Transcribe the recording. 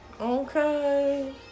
Okay